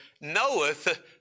knoweth